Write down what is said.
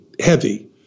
heavy